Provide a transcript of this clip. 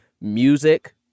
music